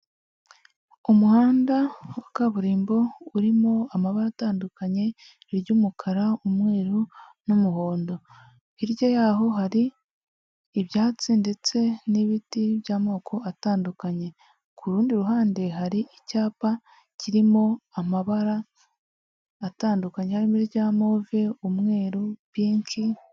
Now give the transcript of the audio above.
Umuhanda wa kaburimbo urimo amabara atandukanye, iry'umukara, umweru n'umuhondo, hirya yaho hari ibyatsi ndetse n'ibiti by'amoko atandukanye. Ku rundi ruhande hari icyapa kirimo amabara atandukanye harimo irya move, umweru, pinki.